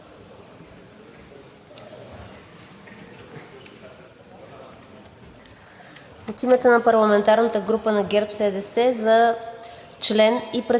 От името на парламентарната група на ГЕРБ-СДС за